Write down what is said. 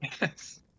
yes